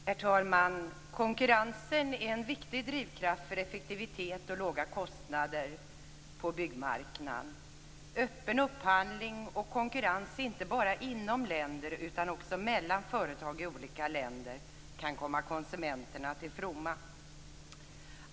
Herr talman! Konkurrensen är en viktig drivkraft för effektivitet och låga kostnader på byggmarknaden. Öppen upphandling och konkurrens, inte bara inom länder utan också mellan företag i olika länder, kan komma konsumenterna till fromma.